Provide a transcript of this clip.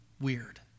weird